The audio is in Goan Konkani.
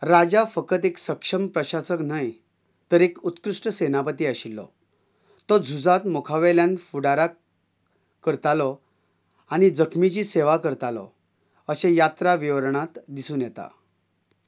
राजा फकत एक सक्षम प्रशासक न्हय तर एक उत्कृश्ट सेनापती आशिल्लो तो झुजांत मुखावेल्यान फुडाराक करतालो आनी जखमीची सेवा करतालो अशें यात्रा विवरणांत दिसून येता